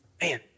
man